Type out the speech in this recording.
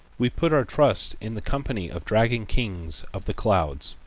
we put our trust in the company of dragon kings of the clouds,